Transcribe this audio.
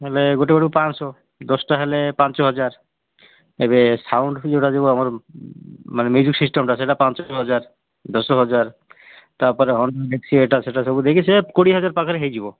ହେଲେ ଗୋଟେ ଗୋଟେ ପାଞ୍ଚ ଶହ ଦଶ'ଟା ହେଲେ ପାଞ୍ଚ ହଜାର ଏବେ ସାଉଣ୍ଡ୍ ଯୋଉଟା ଯୋଉ ଆମର ମାନେ ମ୍ୟୁଜିକ୍ ସିଷ୍ଟମ୍ଟା ସେଇଟା ପାଞ୍ଚ ହଜାର ଦଶ ହଜାର ତା'ପରେ ଏଟା ସେଟା ସବୁ ଦେଇକି ସେ କୋଡ଼ିଏ ହଜାର ପାଖରେ ହେଇଯିବ